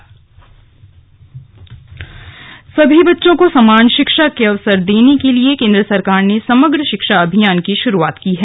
समग्र शिक्षा अभियान सभी बच्चों को समान शिक्षा के अवसर देने के लिए केंद्र सरकार ने समग्र शिक्षा अभियान की शुरुआत की है